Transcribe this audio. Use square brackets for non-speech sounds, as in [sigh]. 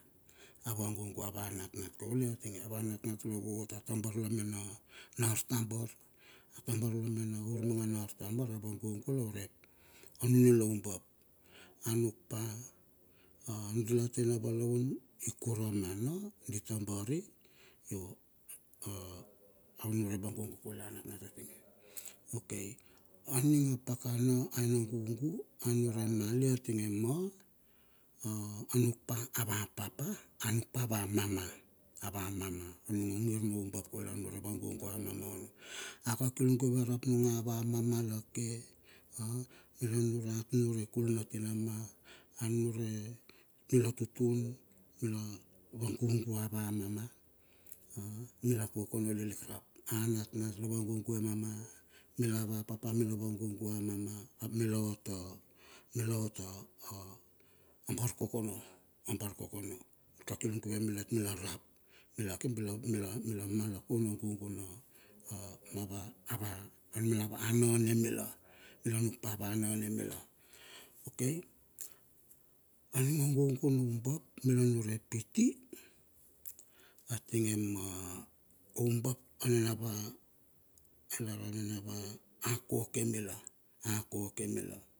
Ava gugu ava anatnat kaule a tinge. Ava natnat la gugu a tabar la mena na artabar, a atabar la mena urmaga na artabar ava gugu la urep. A nila oumbap. anuk pa a anudala tena valaun ikura mana ditabari yo a a anunure vagugu kaule ava natnat tinge. Okai aning a pakana aina gugu anunure mali atinge ma [hesitation] anukpa ava papa anukpa ava mama ava mama anung ongir noubap kaule anunure vagugu ava mama ono. A kakil guve rap anumg ava mama lake [hesitation] kirla nunure atnaur i kul natinama, anure kir la tutun mila vagugu ava mama. Mila kokono lilik rap anatnat la vagugu emama, mila ava papa mila vagugu a mama ap mila ot mila ot a a bar kokono a bar kokono kakil guve malet mila rap, mila mila mila mal a kona gugu na a ava ava anumila ava anane mila, mila nuk pa ava nane mila. Okai aning o gugu no ubabp mila nunure pitti atinge ma ubap ninavei kokoe mila akoke mila.